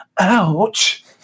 Ouch